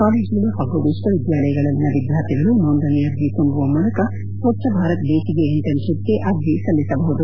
ಕಾಲೇಜುಗಳು ಹಾಗೂ ವಿಕ್ಷವಿದ್ಯಾಲಯಗಳಲ್ಲಿನ ವಿದ್ಯಾರ್ಥಿಗಳು ನೋಂದಣಿ ಅರ್ಜಿ ತುಂಬುವ ಮೂಲಕ ಸ್ವಚ್ದ ಭಾರತ್ ಬೇಸಿಗೆ ಇಂಟರ್ನ್ ಶಿಪ್ ಗೆ ಅರ್ಜಿ ಸಲ್ಲಿಸಬಹುದು